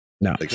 No